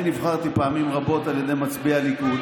אני נבחרתי פעמים רבות על ידי מצביעי הליכוד,